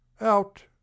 out